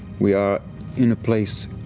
we are in a place,